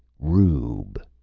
roooob!